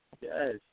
yes